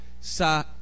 sa